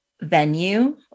venue